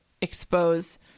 expose